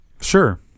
Sure